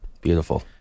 Beautiful